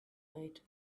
night